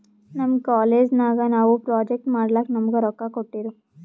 ನಮ್ ಕಾಲೇಜ್ ನಾಗ್ ನಾವು ಪ್ರೊಜೆಕ್ಟ್ ಮಾಡ್ಲಕ್ ನಮುಗಾ ರೊಕ್ಕಾ ಕೋಟ್ಟಿರು